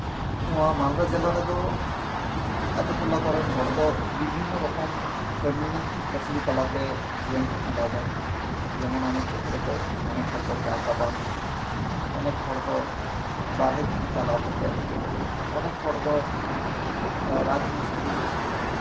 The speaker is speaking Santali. ᱱᱚᱣᱟ ᱢᱟᱞᱫᱟ ᱡᱮᱞᱟ ᱨᱮᱫᱚ ᱟᱛᱳ ᱴᱚᱞᱟ ᱠᱚᱨᱮᱱ ᱦᱚᱲ ᱫᱚ ᱵᱤᱵᱷᱤᱱᱱᱚ ᱨᱚᱠᱚᱢ ᱠᱟᱹᱢᱤ ᱠᱟᱹᱥᱱᱤ ᱛᱟᱞᱟᱛᱮ ᱡᱤᱭᱚᱱ ᱠᱚ ᱠᱷᱟᱱᱰᱟᱣᱮᱫᱟ ᱡᱮᱢᱚᱱ ᱚᱱᱮᱠ ᱠᱷᱮᱛᱨᱮ ᱫᱚ ᱚᱱᱮᱠ ᱦᱚᱲ ᱫᱚ ᱪᱟᱥ ᱟᱵᱟᱫ ᱚᱱᱮᱠ ᱦᱚᱲ ᱫᱚ ᱵᱟᱦᱨᱮ ᱠᱟᱹᱢᱤ ᱪᱟᱞᱟᱣ ᱠᱟᱛᱮ ᱚᱱᱮᱠ ᱦᱚᱲᱫᱚ ᱨᱟᱡᱽ ᱢᱤᱥᱛᱨᱤ